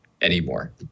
anymore